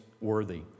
Worthy